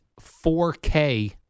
4K